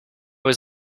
was